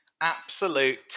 Absolute